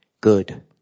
good